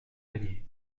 peigné